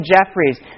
Jeffries